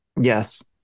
Yes